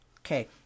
Okay